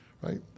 right